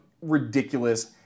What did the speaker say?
ridiculous